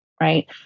Right